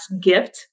gift